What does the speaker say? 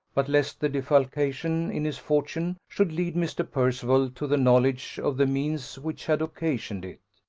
but lest the defalcation in his fortune should lead mr. percival to the knowledge of the means which had occasioned it.